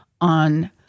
on